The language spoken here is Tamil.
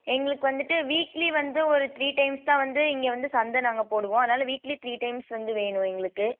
எங்களுக்கு வந்துவிட்டு வீக்லி வந்து ஒரு த்ரி டைம்ஸ் தான் வந்து இங்கே வந்து சந்தை நாங்கள் போடுவோம் அதனால் வீக்லி த்ரி டைம்ஸ் வந்து வேணும் எங்களுக்கு